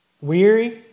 Weary